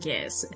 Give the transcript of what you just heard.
Yes